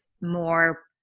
more